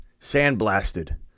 Sandblasted